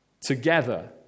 together